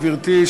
גברתי,